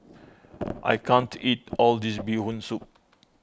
I can't eat all of this Bee Hoon Soup